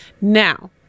Now